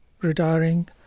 retiring